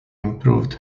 improved